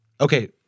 okay